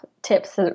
tips